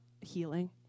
healing